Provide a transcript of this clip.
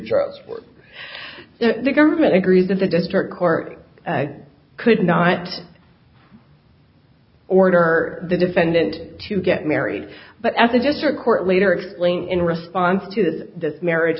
charts for the government agrees that the district court could not order the defendant to get married but as a district court later explained in response to the marriage